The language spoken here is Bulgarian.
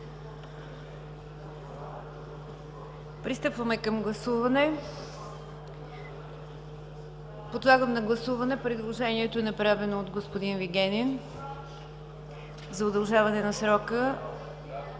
Пристъпваме към гласуване. Подлагам на гласуване предложението, направено от господин Вигенин – за удължаване на срока